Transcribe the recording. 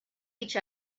each